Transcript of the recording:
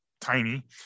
tiny